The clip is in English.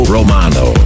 Romano